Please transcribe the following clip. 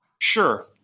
sure